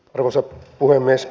arvoisa puhemies